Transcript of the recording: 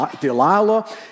Delilah